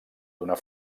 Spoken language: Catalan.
donar